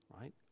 right